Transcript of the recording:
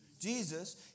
Jesus